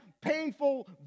painful